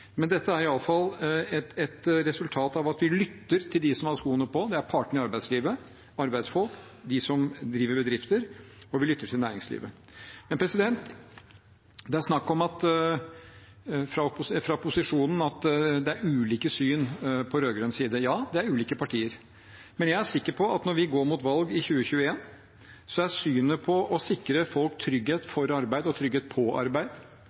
Men dette er iallfall et resultat av at vi lytter til dem som har skoene på, det er partene i arbeidslivet, arbeidsfolk, de som driver bedrifter, og vi lytter til næringslivet. Det er snakk om fra posisjonen at det er ulike syn på rød-grønn side. Ja, det er ulike partier. Men jeg er sikker på at når vi går mot valget i 2021, er vi enige i synet på å sikre folk trygghet for arbeid og trygghet på arbeid,